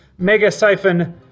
Megasiphon